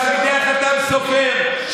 תלמידי החתם סופר,